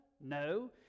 No